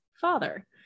father